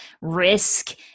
risk